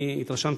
אני התרשמתי,